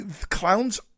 clowns